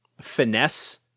finesse